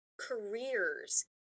careers